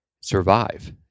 survive